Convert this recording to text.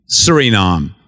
Suriname